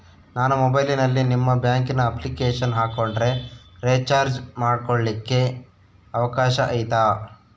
ನಾನು ಮೊಬೈಲಿನಲ್ಲಿ ನಿಮ್ಮ ಬ್ಯಾಂಕಿನ ಅಪ್ಲಿಕೇಶನ್ ಹಾಕೊಂಡ್ರೆ ರೇಚಾರ್ಜ್ ಮಾಡ್ಕೊಳಿಕ್ಕೇ ಅವಕಾಶ ಐತಾ?